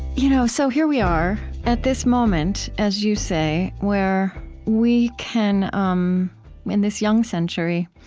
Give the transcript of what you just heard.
you know so here we are at this moment, as you say, where we can um in this young century,